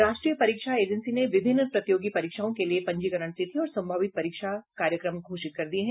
राष्ट्रीय परीक्षा एजेंसी ने विभिन्न प्रतियोगी परीक्षाओं के लिए पंजीकरण तिथि और संभावित परीक्षा कार्यक्रम घोषित कर दिए हैं